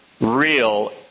real